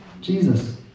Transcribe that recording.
Jesus